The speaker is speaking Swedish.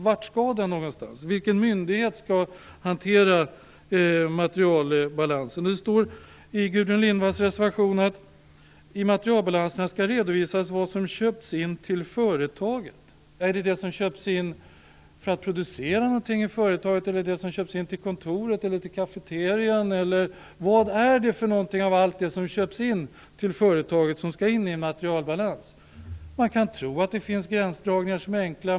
Vart skall de någonstans? Vilken myndighet skall hantera materialbalanser? Det står i Gudrun Lindvalls reservation:"I materialbalanserna skall redovisas vad som köps in till företaget -" Är det vad som köps in för att producera någonting i företaget eller till kontoret och cafeterian? Vad är det för någonting av allt det som köps in till företaget som skall in i en materalbalans? Man kan tro att det finns gränsdragningar som är enkla.